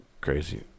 crazy